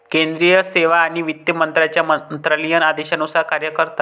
केंद्रीय सेवा आणि वित्त मंत्र्यांच्या मंत्रालयीन आदेशानुसार कार्य करतात